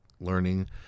learning